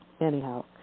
Anyhow